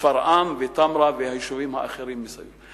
שפרעם ותמרה והיישובים האחרים מסביב.